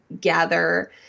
gather